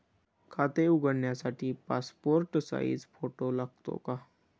खाते उघडण्यासाठी passport size photo लागतो का?